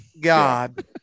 God